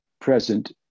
present